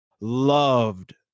loved